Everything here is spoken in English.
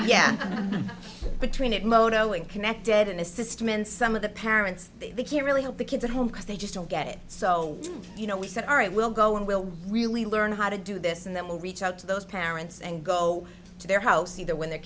yeah between it mono and connected in a system and some of the parents can't really help the kids at home cause they just don't get it so you know we said all right we'll go and we'll really learn how to do this and then we'll reach out to those parents and go to their house either when the